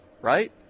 right